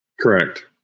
Correct